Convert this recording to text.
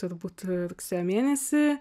turbūt rugsėjo mėnesį